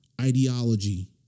ideology